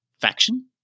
faction